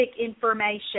information